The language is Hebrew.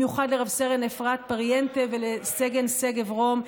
במיוחד לרס"ן אפרת פריאנטה ולסרן שגב רום,